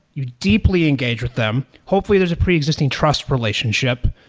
you deeply engage with them. hopefully there's a pre-existing trust relationship.